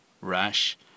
rash